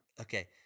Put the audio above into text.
Okay